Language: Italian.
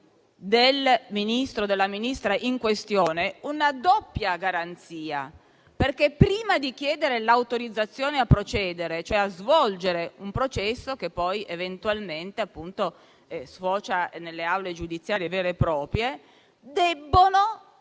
del Ministro o della Ministra in questione, una doppia garanzia, perché prima di chiedere l'autorizzazione a procedere, cioè a svolgere un processo, che poi eventualmente sfocia nelle aule giudiziarie vere e proprie, debbono